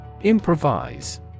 Improvise